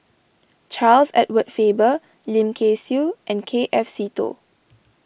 Charles Edward Faber Lim Kay Siu and K F Seetoh